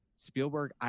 Spielberg